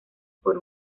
por